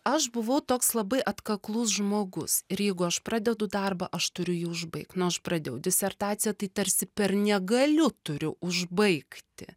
aš buvau toks labai atkaklus žmogus ir jeigu aš pradedu darbą aš turiu jį užbaigt nu aš pradėjau disertaciją tai tarsi per negaliu turiu užbaigti